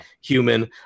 human